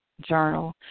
journal